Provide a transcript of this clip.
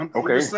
okay